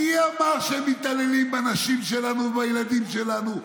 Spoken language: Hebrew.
מי אמר שהם מתעללים בנשים שלנו ובילדים שלנו במעונות?